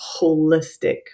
holistic